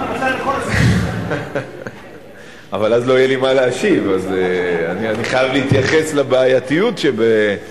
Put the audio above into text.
אני מוכן לוותר